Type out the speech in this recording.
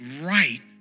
right